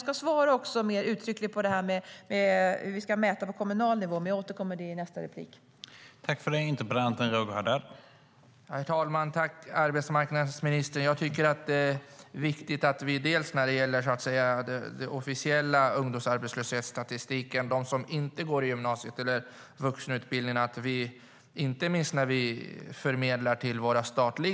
Jag ska också svara på hur vi ska mäta på kommunal nivå i nästa replik.